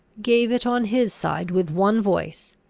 gave it on his side with one voice,